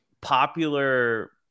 popular